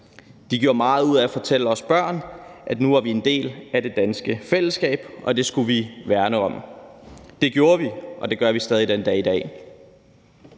De gjorde meget ud af at fortælle os børn, at nu var vi en del af det danske fællesskab, og det skulle vi værne om. Det gjorde vi, og det gør vi stadig den dag i dag.